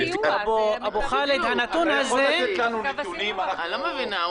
אני לא מבינה,